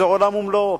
זה עולם ומלואו.